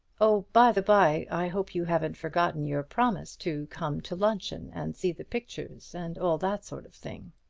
oh, by the bye, i hope you haven't forgotten your promise to come to luncheon and see the pictures, and all that sort of thing.